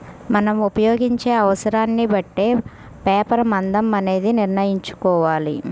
మనం ఉపయోగించే అవసరాన్ని బట్టే పేపర్ మందం అనేది నిర్ణయించుకోవాలి